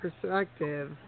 perspective